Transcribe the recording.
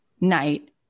night